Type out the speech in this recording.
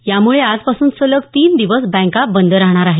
यामुळे आजपासून सलग तीन दिवस बँका बंद राहणार आहेत